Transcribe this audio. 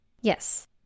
Yes